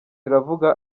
iravuga